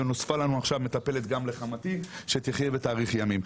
עכשיו נוספה לנו מטפלת גם לחמותי שתחיה ותאריך ימים.